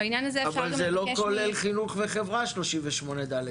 אבל זה לא כולל חינוך וחברה, 38(ד).